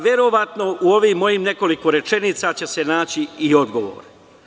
Verovatno u ovih mojih nekoliko rečenica će se naći i odgovor.